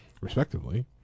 respectively